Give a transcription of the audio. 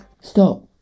Stop